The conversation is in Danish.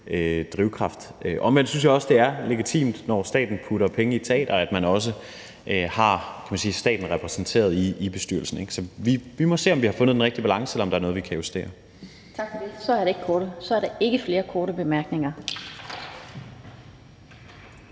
drivkraft. Omvendt synes jeg også, det er legitimt, når staten putter penge i et teater, at man også har staten repræsenteret i bestyrelsen. Så vi må se, om vi har fundet den rigtige balance, eller om der er noget, vi kan justere. Kl. 13:49 Den fg. formand